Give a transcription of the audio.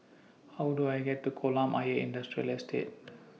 How Do I get to Kolam Ayer Industrial Estate